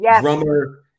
drummer